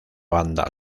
banda